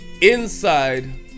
inside